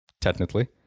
technically